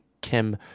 kim